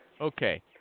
Okay